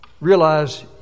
Realize